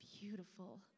beautiful